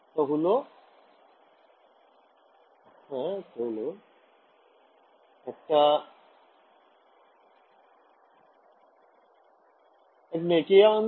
ছাত্র ছাত্রিঃ